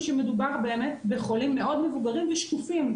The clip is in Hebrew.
שמדובר באמת בחולים מאוד מבוגרים ושקופים.